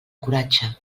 coratge